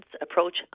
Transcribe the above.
approach